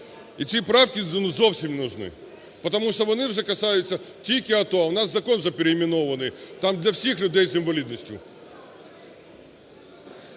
І ці правки зовсім не нужны. Потому шо вони вже касаются тільки АТО, а у нас закон вже переименований, там для всіх людей з інвалідністю.